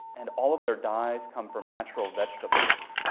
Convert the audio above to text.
and all of their dyes come from natural vegetables.